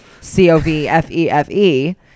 c-o-v-f-e-f-e